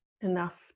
enough